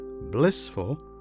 blissful